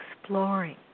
exploring